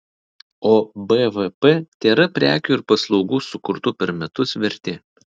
o bvp tėra prekių ir paslaugų sukurtų per metus vertė